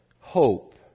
hope